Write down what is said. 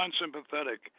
unsympathetic